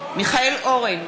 מיכאל אורן,